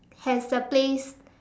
has a place